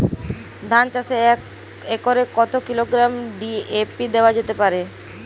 ধান চাষে এক একরে কত কিলোগ্রাম ডি.এ.পি দেওয়া যেতে পারে?